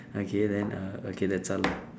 okay then uh okay that's all